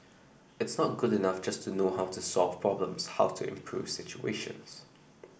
it's not good enough just to know how to solve problems how to improves situations